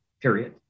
period